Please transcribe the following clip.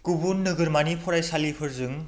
गुबुन नोगोरमानि फरायसालिफोरजों